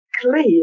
clear